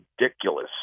ridiculous